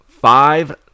five